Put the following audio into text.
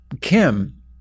Kim